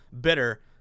bitter